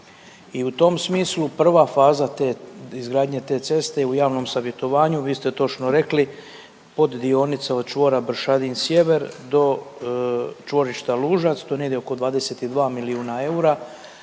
I u tom smislu prva faza te izgradnje te ceste je u javnom savjetovanju, vi ste točno rekli, od dionice od čvora Bršadin sjever do čvorišta Lužac, to je negdje oko 22 milijuna eura